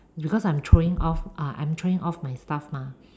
because I'm throwing off uh I'm throwing off my stuff mah